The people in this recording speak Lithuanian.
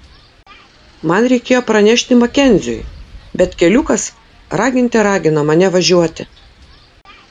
man reikėjo pranešti makenziui bet keliukas raginte ragino mane važiuoti